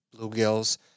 bluegills